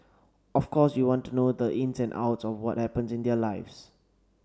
of course you want to know the ins and outs of what happens in their lives